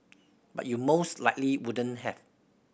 but you most likely wouldn't have